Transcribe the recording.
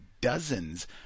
dozens